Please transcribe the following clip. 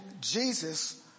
Jesus